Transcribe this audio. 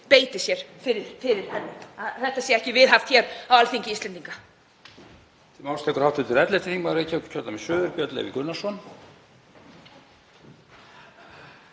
beiti sér fyrir því að slíkt sé ekki viðhaft hér á Alþingi Íslendinga.